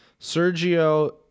Sergio